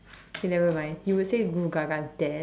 K nevermind you would say Goo Ga Ga then